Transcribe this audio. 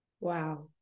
Wow